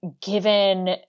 given